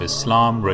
Islam